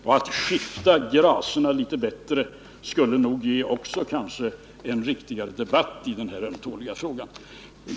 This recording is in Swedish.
Om han skiftade gracerna litet bättre, skulle vi kanske få en riktigare debatt om den här ömtåliga frågan.